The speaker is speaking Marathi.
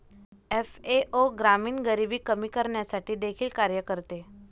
एफ.ए.ओ ग्रामीण गरिबी कमी करण्यासाठी देखील कार्य करते